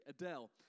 Adele